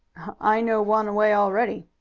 i know one way already.